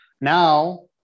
now